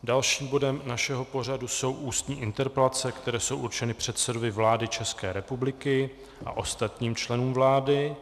Dalším bodem našeho pořadu jsou ústní interpelace, které jsou určeny předsedovi vlády ČR a ostatním členům vlády.